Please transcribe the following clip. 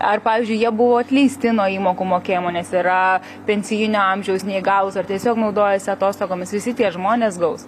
ar pavyzdžiui jie buvo atleisti nuo įmokų mokėjimo nes yra pensinio amžiaus neįgalūs ar tiesiog naudojasi atostogomis visi tie žmonės gaus